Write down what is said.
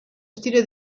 stile